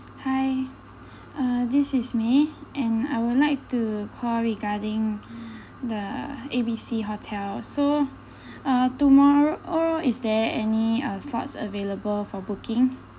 hi uh this is me and I would like to call regarding the A B C hotel so uh tomorrow or is there any uh slots available for booking